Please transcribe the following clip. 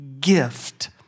gift